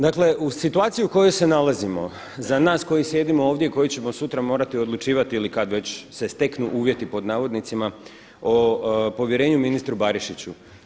Dakle, u situaciji u kojoj se nalazimo za nas koji sjedimo ovdje, koji ćemo sutra morati odlučivati ili kad već se steknu uvjeti pod navodnicima o povjerenju ministru Barišiću.